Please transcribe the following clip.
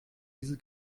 diese